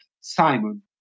Simon